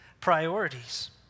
priorities